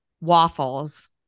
waffles